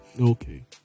okay